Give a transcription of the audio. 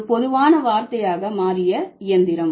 ஒரு பொதுவான வார்த்தையாக மாறிய இயந்திரம்